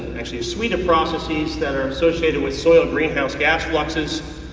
actually a suite of processes that are associated with soil greenhouse gas fluxes.